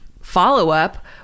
Follow-up